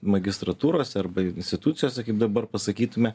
magistratūrose arba institucijose kaip dabar pasakytume